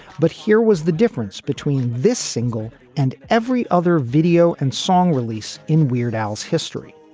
but here was the difference between this single and every other video and song release in weird al's history.